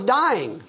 dying